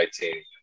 titanium